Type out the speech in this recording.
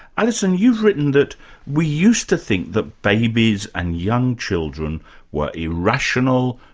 alison you've written that we used to think that babies and young children were irrational,